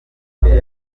imbere